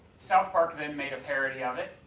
south park then made a parody of it,